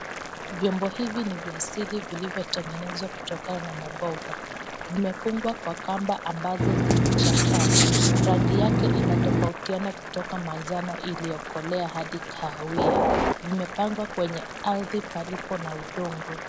Vyombo hivi ni vya asili vilivyotengenezwa kutokana na maboga vimefungwa na kamba zilizochakaa rangi yake Inatofautiana kutoka manjano iliyokolea hadi kahawia zimepangwa kwenye ardhi palipo na udongo.